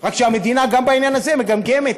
רק שהמדינה גם בעניין הזה מגמגמת.